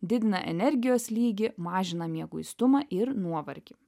didina energijos lygį mažina mieguistumą ir nuovargį